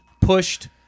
pushed